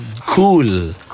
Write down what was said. Cool